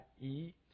eat